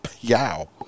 Yow